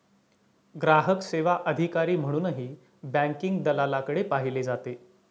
ग्राहक सेवा अधिकारी म्हणूनही बँकिंग दलालाकडे पाहिले जाते